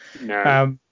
No